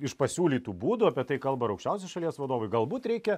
iš pasiūlytų būdų apie tai kalba ir aukščiausi šalies vadovai galbūt reikia